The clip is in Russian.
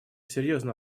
серьезно